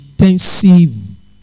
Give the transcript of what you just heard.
intensive